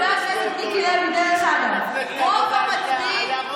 חבר הכנסת מיקי לוי, דרך אגב, רוב המצביעים,